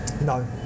No